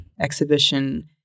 exhibition